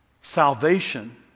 salvation